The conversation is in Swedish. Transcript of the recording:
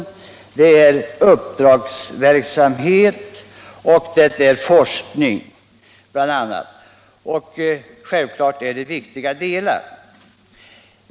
Självklart är att uppdragsverksamhet och forskning är viktiga delar av verksamheten.